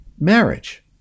marriage